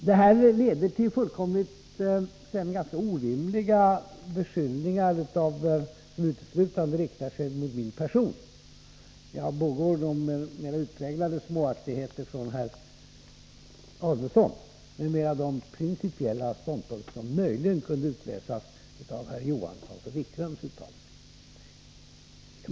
Det här ledde sedan till ganska orimliga beskyllningar som uteslutande riktar sig mot min person. Jag förbigår de mera utpräglade småaktigheterna från herr Adelsohn och nämner i stället de principiella ståndpunkter som möjligen kunde utläsas av herrar Johanssons och Wikströms uttalanden.